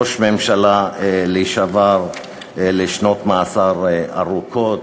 ראש ממשלה לשעבר לשנות מאסר ארוכות.